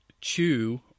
chew